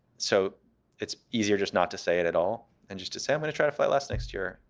so it's easier just not to say it at all and just to say, i'm going to try to fly less next year,